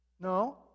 no